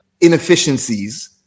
Inefficiencies